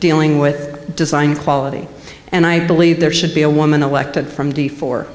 dealing with design quality and i believe there should be a woman elected from